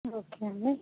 okay అండి